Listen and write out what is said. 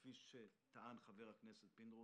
כפי שטען חבר הכנסת פינדרוס,